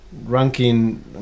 Ranking